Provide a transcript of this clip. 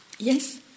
Yes